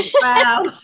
Wow